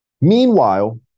Meanwhile